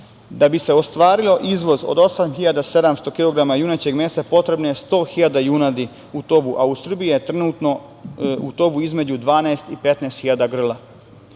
Da bi se ostvario izvoz od 8.700 kilograma junećeg mesa potrebno je 100.000 junadi u tovi, a u Srbiji je trenutnu u tovi između 12.000 i 15.000